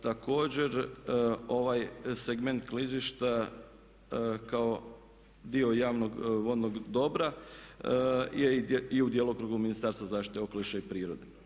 Također, ovaj segment klizišta kao dio javnog vodnog dobra je i u djelokrugu Ministarstva zaštite okoliša i prirode.